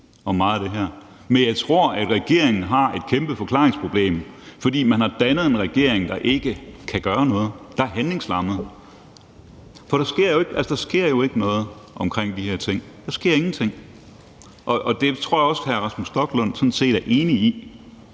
men jeg tror, at regeringen har et kæmpe forklaringsproblem, fordi man har dannet en regering, der er handlingslammet og ikke kan gøre noget, for der sker jo ikke noget omkring de her ting; der sker ingenting. Det tror også hr. Rasmus Stoklund sådan